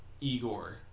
Igor